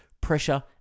pressure